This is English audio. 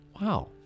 Wow